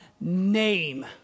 name